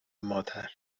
مادر